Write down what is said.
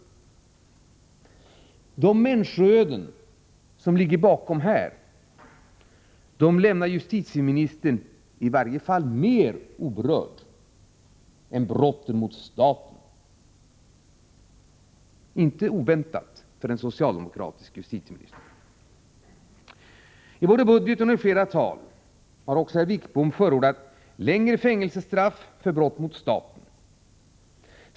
De människoöden som ligger bakom dessa brott lämnar justitieministern i varje fall mer oberörda än brotten mot staten. Detta är inte oväntat av en socialdemokratisk justitieminister. I både budgeten och flera tal har herr Wickbom förordat längre fängelsestraff för brott mot staten.